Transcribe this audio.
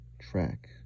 track